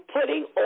putting